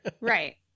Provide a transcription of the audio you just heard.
Right